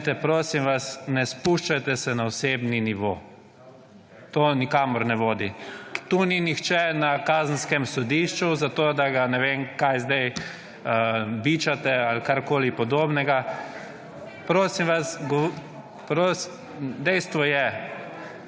Poglejte, prosim vas, ne spuščajte se na osebni nivo. To nikamor ne vodi. Tu ni nihče na Kazenskem sodišču, zato da ga, ne vem kaj, sedaj bičate ali karkoli podobnega. Dejstvo je,